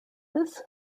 this